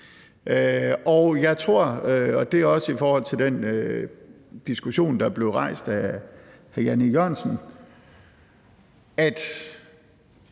Jeg tror – og det er også i forhold til den diskussion, der blev rejst af hr. Jan E. Jørgensen – at